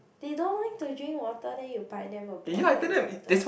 they don't like to drink water than you buy them a bottled water